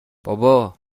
بابا